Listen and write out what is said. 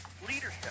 leadership